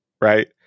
Right